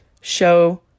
show